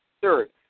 third